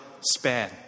span